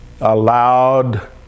allowed